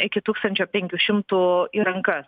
iki tūkstančiopenkių šimtų į rankas